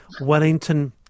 Wellington